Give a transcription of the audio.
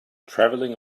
traveling